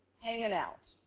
hanging out.